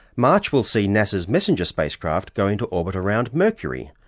march will see nasa's messenger spacecraft go into orbit around mercury,